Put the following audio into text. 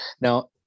Now